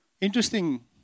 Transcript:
Interesting